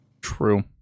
True